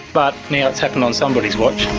but now it's happened on somebody's watch.